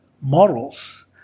morals